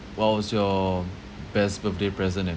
what was your best birthday present and